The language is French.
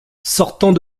sortant